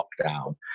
lockdown